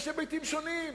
יש היבטים שונים,